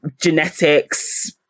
genetics